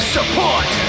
Support